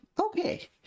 Okay